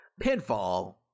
pinfall